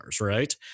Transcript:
right